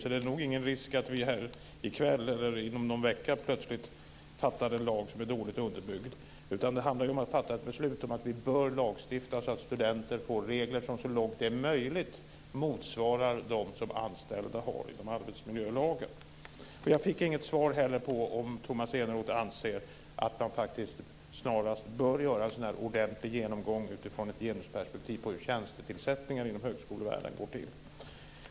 Så det är nog ingen risk att vi inom någon vecka plötsligt fattar beslut om någon lag som är dåligt underbyggd, utan det handlar ju om att fatta ett beslut om att vi bör lagstifta så att studenter får regler som så långt det är möjligt motsvarar dem som anställda har inom arbetsmiljölagen. Jag fick inte heller något svar på om Tomas Eneroth anser att man faktiskt snarast bör göra en sådan här ordentlig genomgång utifrån ett genusperspektiv av hur tjänstetillsättningen inom högskolevärlden går till.